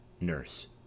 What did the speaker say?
Nurse